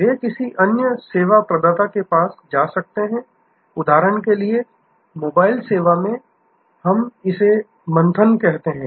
वे किसी अन्य सेवा प्रदाता के पास जा सकते हैं उदाहरण के लिए मोबाइल सेवा में हम इसे मंथन कहते हैं